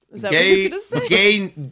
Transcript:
Gay